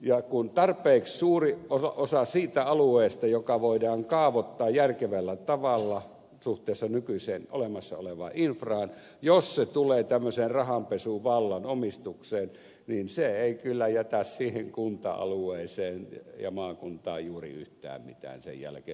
ja jos tarpeeksi suuri osa siitä alueesta joka voidaan kaavoittaa järkevällä tavalla suhteessa nykyiseen olemassa olevaan infraan tulee tämmöisen rahanpesuvallan omistukseen niin se ei kyllä jätä siihen kunta alueeseen ja maakuntaan juuri yhtään mitään sen jälkeen